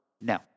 no